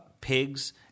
pigs